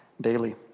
daily